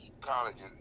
colleges